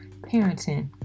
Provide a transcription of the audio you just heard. parenting